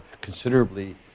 considerably